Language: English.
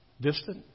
Distant